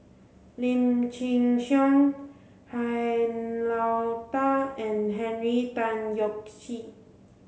Lim Chin Siong Han Lao Da and Henry Tan Yoke See